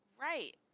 Right